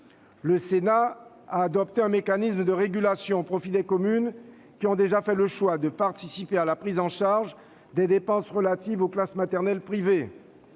Le Sénat a adopté un mécanisme de régulation au profit des communes ayant déjà fait le choix de participer à la prise en charge des dépenses relatives aux classes maternelles privées.